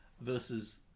versus